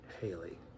Haley